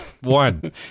one